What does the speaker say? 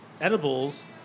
Edibles